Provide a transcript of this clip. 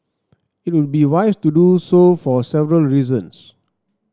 it would be wise to do so for several reasons